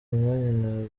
umwanya